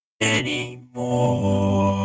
anymore